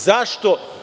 Zašto?